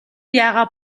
яагаа